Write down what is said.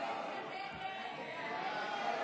סעיפים 1 2, כהצעת הוועדה,